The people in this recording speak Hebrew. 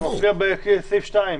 מופיע בסעיף (2).